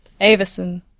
Avison